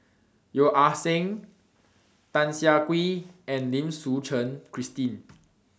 Yeo Ah Seng Tan Siah Kwee and Lim Suchen Christine